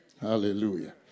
Hallelujah